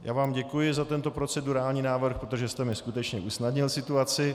Já vám děkuji za tento procedurální návrh, protože jste mi skutečně usnadnil situaci.